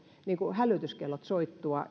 hälytyskellojen soittaa